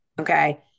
okay